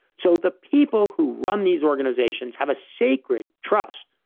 so, the people who run these organizations have a sacred trust,